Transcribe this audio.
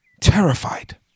Terrified